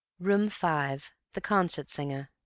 room five the concert singer